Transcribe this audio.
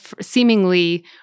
seemingly